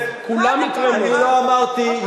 אם החוק שלכם יעבור, לא, שהדיינים